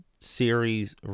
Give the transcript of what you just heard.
series